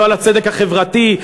לא על הצדק החברתי,